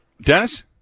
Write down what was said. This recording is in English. Dennis